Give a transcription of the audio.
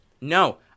No